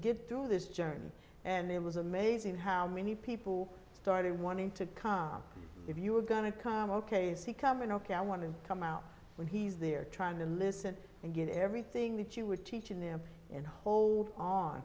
get through this journey and it was amazing how many people started wanting to come if you were going to come ok is he coming ok i want to come out when he's there trying to listen and get everything that you were teaching them and hold on